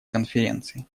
конференции